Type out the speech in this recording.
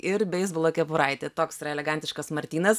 ir beisbolo kepuraitė toks yra elegantiškas martynas